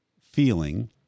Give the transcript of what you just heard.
feeling